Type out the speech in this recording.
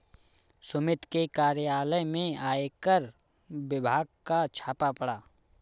सुमित के कार्यालय में आयकर विभाग का छापा पड़ा